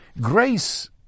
Grace